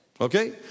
Okay